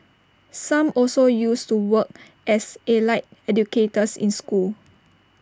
some also used to work as allied educators in schools